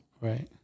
Right